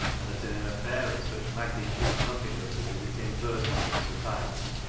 and that in an affair of such magnitude nothing but a visit in person would suffice,